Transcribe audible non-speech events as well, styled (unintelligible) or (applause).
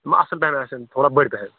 یِمہٕ اَصٕل پَہَن آسَن تھوڑا بٔڑۍ (unintelligible)